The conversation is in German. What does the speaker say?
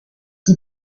die